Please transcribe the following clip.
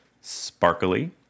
sparkly